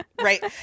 right